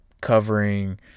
covering